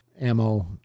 ammo